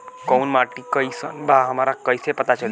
कोउन माटी कई सन बा हमरा कई से पता चली?